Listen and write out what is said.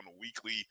weekly